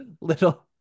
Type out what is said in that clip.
little